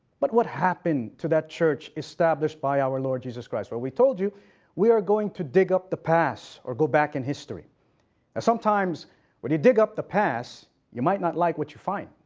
but what happened to that church established by our lord jesus christ? well we told you we are going to dig up the past or go back in history. now sometimes when you dig up the past you might not like what you find.